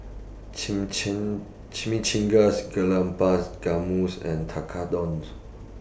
Chimichangas Gulab's and Tekkadon